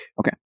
Okay